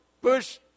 Bush